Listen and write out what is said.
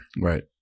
Right